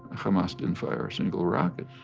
hamas didnit fire a single rocket.